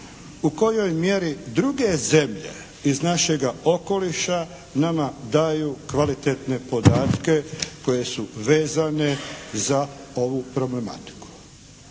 u kojoj mjeri druge zemlje iz našeg okoliša nama daju kvalitetne podatke koji su vezane za ovu problematiku?